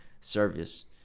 service